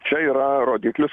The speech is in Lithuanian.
čia yra rodiklis